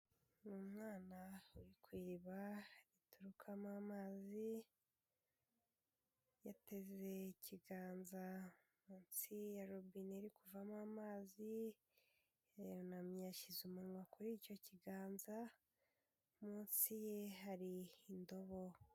Umwana uri ku iriba riturukamo amazi, yateze ikiganza munsi ya robine iri kuvamo amazi yunamye yashyize umunwa kuri icyo kiganza, munsi ye hari indobo.